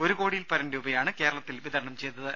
ഒരു കോടിയിൽ പരം രൂപയാണ് കേരളത്തിൽ വിതരണം ചെയ്തത്